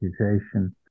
accusation